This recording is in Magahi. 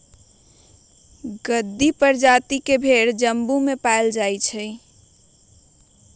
गद्दी परजाति के भेड़ जम्मू में पाएल जाई छई